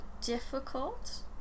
difficult